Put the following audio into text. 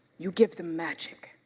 you give them magic.